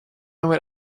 met